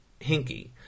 hinky